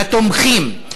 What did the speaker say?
לתומכים.